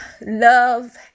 love